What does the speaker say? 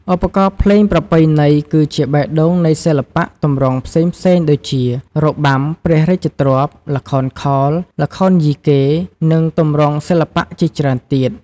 ឧបករណ៍ភ្លេងប្រពៃណីគឺជាបេះដូងនៃសិល្បៈទម្រង់ផ្សេងៗដូចជា របាំព្រះរាជទ្រព្យ ល្ខោនខោល ល្ខោនយីកេ និងទម្រង់សិល្បៈជាច្រើនទៀត។